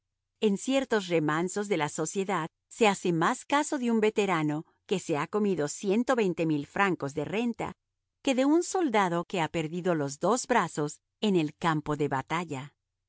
en ciertos remansos de la sociedad se hace más caso de un veterano que se ha comido ciento veinte mil francos de renta que de un soldado que haya perdido los dos brazos en el campo de batalla